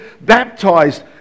baptized